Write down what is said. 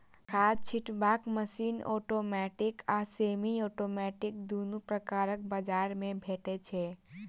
खाद छिटबाक machine automatic आ सेमी औटोमेटिक दुनू प्रकारक बजार मे भेटै छै